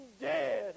dead